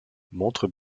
montre